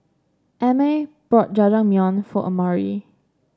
Emett bought Jajangmyeon for Amari